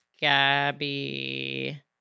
Gabby